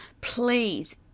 please